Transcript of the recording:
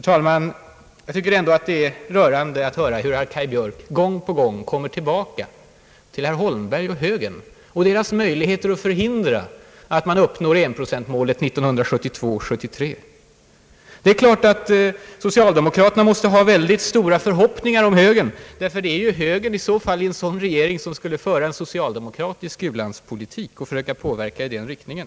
Jag tycker sedan att det är rörande att höra hur herr Kaj Björk gång på gång kommer tillbaka till herr Holmberg och högern och deras möjligheter att förhindra att enprocentmålet uppnås senast 1972/73. Det är klart att socialdemokraterna måste ha synnerligen stora förhoppningar när det gäller högern. Ty det är ju högern i så fall som i en sådan regering skulle företräda socialdemokraternas u-landspolitik och försöka påverka utvecklingen i den riktningen.